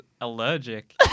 allergic